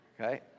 okay